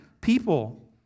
people